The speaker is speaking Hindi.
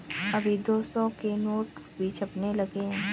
अभी दो सौ के नोट भी छपने लगे हैं